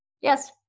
Yes